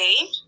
Okay